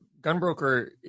Gunbroker